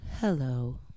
Hello